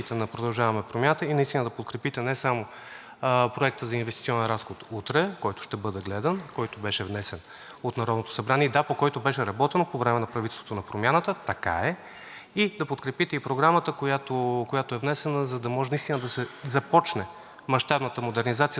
от Народното събрание и по който беше работено по време на правителството на Промяната – така е. И да подкрепите и Програмата, която е внесена, за да може наистина да се започне мащабната модернизация, за която всички говорим, която година и половина отлежаваше. Благодаря. ПРЕДСЕДАТЕЛ ЙОРДАН ЦОНЕВ: Благодаря Ви, господин Гаджев. И трета реплика – господин Славов.